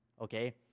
okay